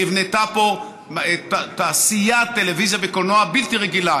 נבנתה פה תעשיית טלוויזיה וקולנוע בלתי רגילה,